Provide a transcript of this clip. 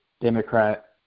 Democrat